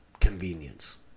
Convenience